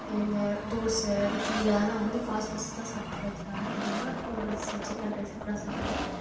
இந்த தோசை இட்லி அதெல்லாம் வந்து ஃபாஸ்ட் ஃபுட்ஸ் தான் சாப்புடுறது நான் அதிகமாக நூடுல்ஸு சிக்கன் ரைஸ் அப்படி தான் சாப்புடுறேன்